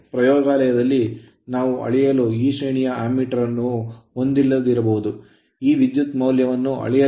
ಪ್ರಯೋಗಾಲಯದಲ್ಲಿ ನಾವು ಅಳೆಯಲು ಆ ಶ್ರೇಣಿಯ ಆಮ್ಮೀಟರ್ ಅನ್ನು ಹೊಂದಿಲ್ಲದಿರಬಹುದು ಈ ವಿದ್ಯುತ್ ಮೌಲ್ಯವನ್ನು ಅಳೆಯಲು